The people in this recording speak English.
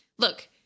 Look